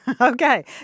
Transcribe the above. Okay